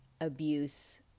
Abuse